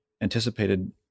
anticipated